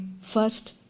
first